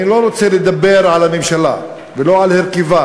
אני לא רוצה לדבר על הממשלה ולא על הרכבה,